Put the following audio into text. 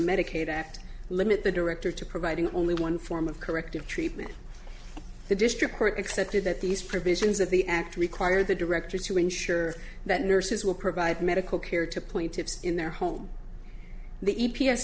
medicaid act limit the director to providing only one form of corrective treatment the district court accepted that these provisions of the act require the directors to ensure that nurses will provide medical care to point to in their home the